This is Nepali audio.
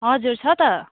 हजुर छ त